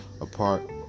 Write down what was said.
apart